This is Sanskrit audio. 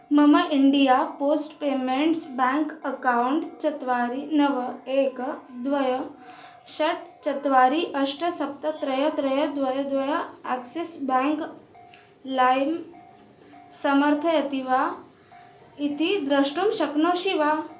मम India post payments bank account चत्वारि नव एकं द्वे षट् चत्वारि अष्ट सप्त त्रीणि त्रीणि द्वे द्वे एक्सिस् बेङ्क् लैं समर्थयति वा इति द्रष्टुं शक्नोषि वा